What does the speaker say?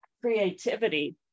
creativity